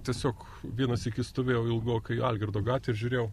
tiesiog vieną sykį stovėjau ilgokai algirdo gatvėj ir žiūrėjau